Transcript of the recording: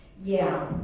yeah.